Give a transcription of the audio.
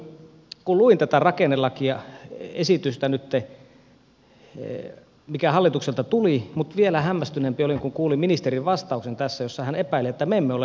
olin todella hämmästynyt kun luin nytten tätä rakennelakiesitystä mikä hallitukselta tuli mutta vielä hämmästyneempi olin kun kuulin tässä ministerin vastauksen jossa hän epäilee että me emme ole lukeneet tätä